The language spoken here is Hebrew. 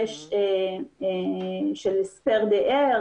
יש של אסתר באר,